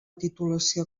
titulació